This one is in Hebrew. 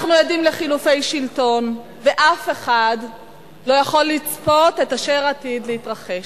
אנחנו עדים לחילופי שלטון ואף אחד לא יכול לצפות את אשר עתיד להתרחש.